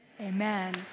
amen